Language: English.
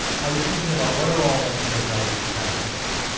i was thinking about, what are all the kind of relevant categories?